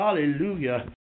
hallelujah